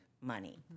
money